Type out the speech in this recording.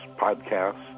podcasts